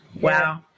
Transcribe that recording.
Wow